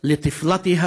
אישה הרה בחודש התשיעי,